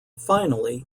finally